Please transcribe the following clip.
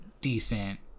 decent